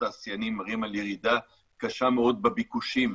התעשיינים מראים על ירידה קשה מאוד בביקושים.